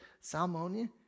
Salmonia